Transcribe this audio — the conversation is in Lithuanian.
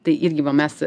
tai irgi va mes